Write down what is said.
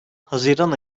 haziran